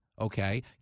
Okay